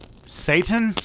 satan,